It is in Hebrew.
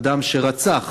אדם שרצח